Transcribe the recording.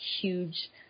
huge